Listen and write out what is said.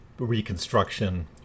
reconstruction